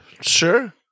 Sure